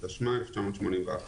התשמ"א-1981."